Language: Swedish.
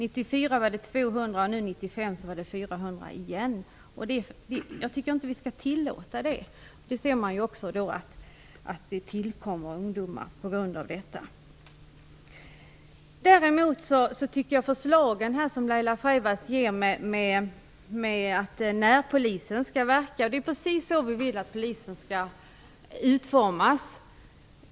1994 var det 200, och 1995 var det 400 igen. Vi skall inte tillåta det. Däremot tycker jag att Laila Freivalds förslag om närpolisen är bra. Det är precis så som vi vill att närpolisen skall utformas.